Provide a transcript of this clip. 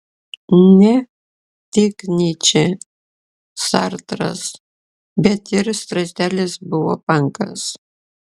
ne tik nyčė sartras bet ir strazdelis buvo pankas